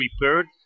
prepared